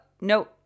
no